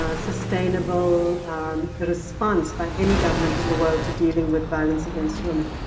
ah sustainable response by any government in the world to dealing with violence against women.